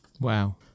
Wow